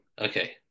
okay